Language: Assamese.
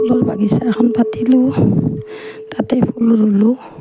ফুলৰ বাগিচা এখন পাতিলোঁ তাতে ফুল ৰুলোঁ